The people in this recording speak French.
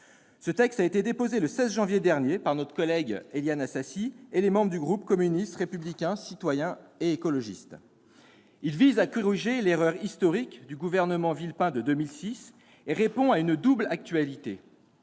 Ce texte, qui a été déposé le 16 janvier dernier par notre collègue Éliane Assassi et les membres du groupe communiste républicain citoyen et écologiste, vise à corriger l'erreur historique du gouvernement Villepin de 2006 et répond à une double actualité